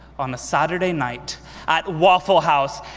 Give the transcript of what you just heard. on a saturday night at waffle house.